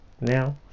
now